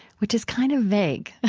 which is kind of vague.